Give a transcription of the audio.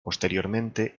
posteriormente